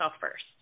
first